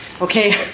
okay